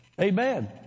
Amen